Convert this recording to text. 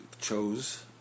chose